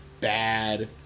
bad